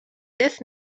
death